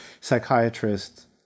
Psychiatrists